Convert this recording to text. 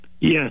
Yes